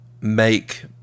make